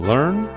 Learn